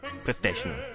professional